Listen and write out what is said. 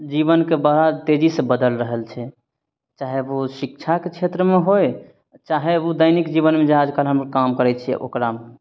जीवनके बहुत तेजीसँ बदलि रहल छै ओ शिक्षाके क्षेत्रमे होइ चाहे उ दैनिक जीवनमे जे आजकल हमर काज करय छियै ओकरामे